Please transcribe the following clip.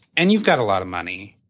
and you've got a lotta money.